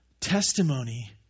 testimony